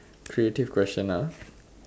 creative question ah